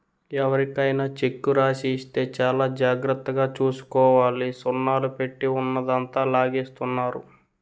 ఎవరికైనా చెక్కు రాసి ఇస్తే చాలా జాగ్రత్తగా చూసుకోవాలి సున్నాలు పెట్టి ఉన్నదంతా లాగేస్తున్నారు